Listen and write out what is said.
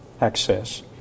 access